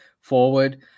forward